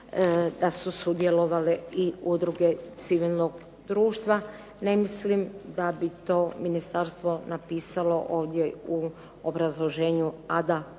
da su sudjelovale i udruge civilnog društva. Ne mislim da bi to ministarstvo napisalo ovdje u obrazloženju,